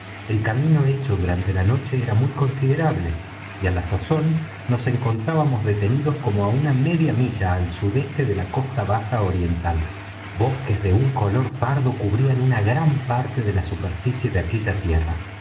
el camino hecho durante la noche era muy considerable y á la sazón nos encontrábamos detenidos como á una media milla al sudeste de la costa baja oriental bosques de un color pardo cubrían una gran parte de la superficie de aquella tierra